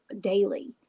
daily